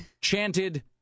Chanted